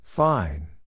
Fine